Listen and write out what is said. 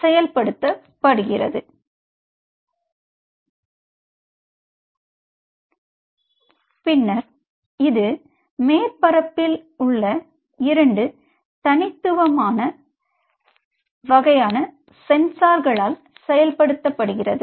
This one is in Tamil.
செயல்படுத்தப்படுகிறது பின்னர் இது மேற்பரப்பில் உள்ள 2 தனித்துவமான வகையான சென்சார்களால் செயல்படுத்தப்படுகிறது